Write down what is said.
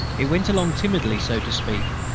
it went along timidly, so to speak,